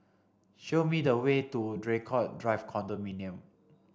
show me the way to Draycott Drive Condominium